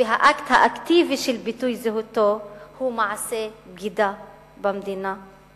והאקט האקטיבי של ביטוי זהותו הם מעשה בגידה במדינה,